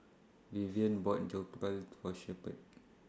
Viviana bought Jokbal For Shepherd